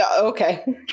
okay